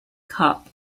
cup